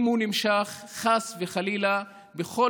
אם הוא נמשך בכל סבב,